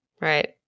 Right